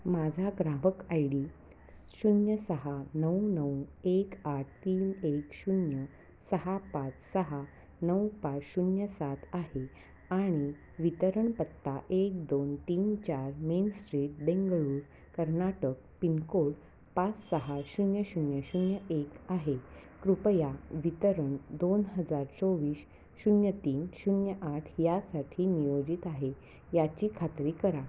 माझा ग्राहक I D शून्य सहा नऊ नऊ एक आठ तीन एक शून्य सहा पाच सहा नऊ पाच शून्य सात आहे आणि वितरणपत्ता एक दोन तीन चार main street Bengaluru Karnataka pin code पाच सहा शून्य शून्य शून्य एक आहे कृपया वितरण दोन हजार चोवीस शून्य तीन शून्य आठ यासाठी नियोजित आहे याची खात्री करा